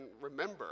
remember